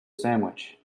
sandwich